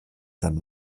san